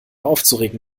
aufzuregen